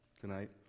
tonight